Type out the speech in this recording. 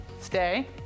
Stay